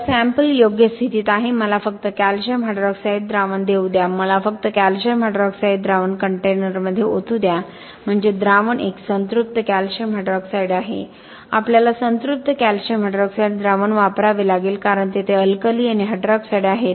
तर सॅम्पल योग्य स्थितीत आहे मला फक्त कॅल्शियम हायड्रॉक्साईड द्रावण घेऊ द्या मला फक्त कॅल्शियम हायड्रॉक्साईड द्रावण कंटेनरमध्ये ओतू द्या म्हणजे द्रावण एक संतृप्त कॅल्शियम हायड्रॉक्साईड आहे आपल्याला संतृप्त कॅल्शियम हायड्रॉक्साईड द्रावण वापरावे लागेल कारण तेथे अल्कली आणि हायड्रॉक्साईड आहेत